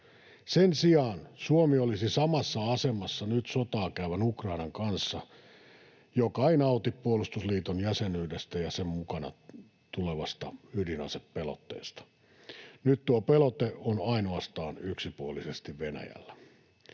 Sen sijaan Suomi olisi samassa asemassa nyt sotaa käyvän Ukrainan kanssa, joka ei nauti puolustusliiton jäsenyydestä ja sen mukana tulevasta ydinasepelotteesta. Nyt tuo pelote on ainoastaan yksipuolisesti Venäjällä.